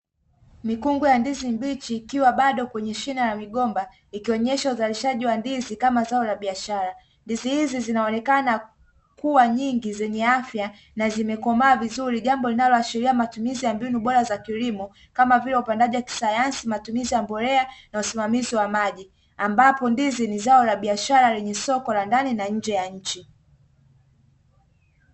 Mikungu ya ndizi mbichi ikiwa bado kwenye shina la migomba, ikionyeshwa uzalishaji wa ndizi kama zao la biashara, ndizi hizi hizi zinaonekana kuwa nyingi zenye afya na zimekomaa vizuri jambo linaloashiria matumizi ya mbinu bora za kilimo kama vile upandaji wa kisayansi, matumizi ya mbolea, na usimamizi wa maji ambapo ndizi ni zao la biashara lenye soko la ndani na nje ya nchi.